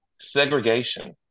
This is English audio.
segregation